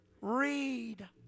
Read